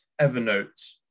Evernote